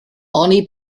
oni